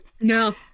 No